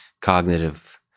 cognitive